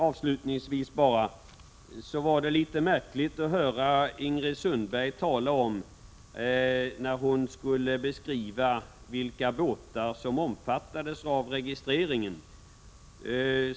Avslutningsvis: Det var litet märkligt att höra Ingrid Sundberg när hon skulle beskriva vilka båtar som omfattades av registret.